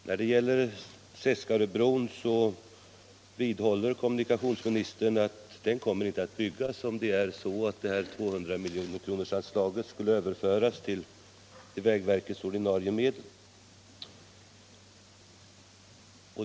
När det gäller Seskaröbron vidhåller kommunikationsministern att den inte kommer att byggas om 200-miljonerkronorsanslaget skulle överföras till vägverkets ordinarie medel.